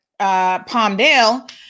Palmdale